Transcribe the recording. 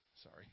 Sorry